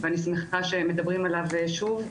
ואני שמחה שמדברים עליו שוב,